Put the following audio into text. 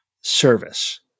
service